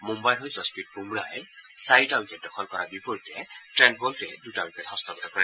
মুম্বাইৰ হৈ জছপ্ৰীত বুমৰাহই চাৰিটা উইকেট দখল কৰাৰ বিপৰীতে ট্ৰেণ্ট বলেট দুটা উইকেট হস্তগত কৰে